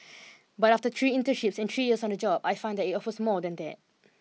but after three internships and three years on the job I find that it offers more than that